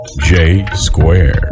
J-Square